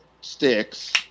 sticks